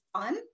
fun